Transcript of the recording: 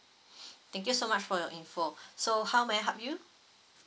thank you so much for your info so how may I help you